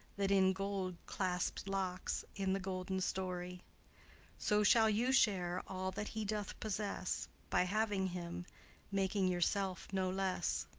that in gold clasps locks in the golden story so shall you share all that he doth possess, by having him making yourself no less.